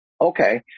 Okay